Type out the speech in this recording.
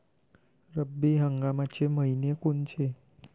रब्बी हंगामाचे मइने कोनचे?